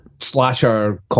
slasher